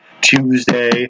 Tuesday